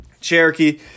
Cherokee